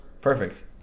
Perfect